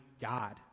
God